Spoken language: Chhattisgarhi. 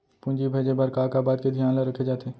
पूंजी भेजे बर का का बात के धियान ल रखे जाथे?